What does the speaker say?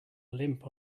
limp